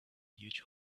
huge